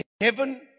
heaven